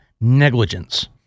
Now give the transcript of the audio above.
negligence